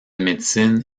médecine